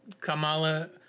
Kamala